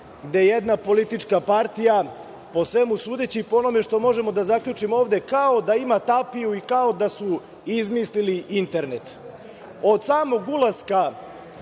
gde jedna politička partija ,po svemu sudeći i po onome što možemo da zaključimo ovde, kao da ima tapiju i kao da su izmislili internet. Od samog ulaska